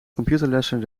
computerlessen